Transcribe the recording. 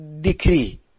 decree